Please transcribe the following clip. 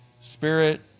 Spirit